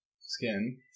skin